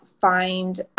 find